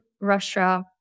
Russia